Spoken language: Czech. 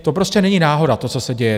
To prostě není náhoda, co se děje.